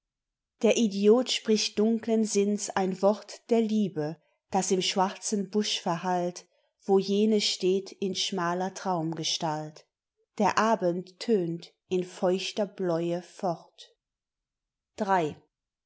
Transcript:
der idiot spricht dunklen sinns ein wort der liebe das im schwarzen busch verhallt wo jene steht in schmaler traumgestalt der abend tönt in feuchter bläue fort